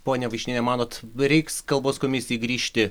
ponia vaišniene manot reiks kalbos komisijai grįžti